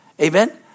Amen